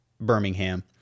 Birmingham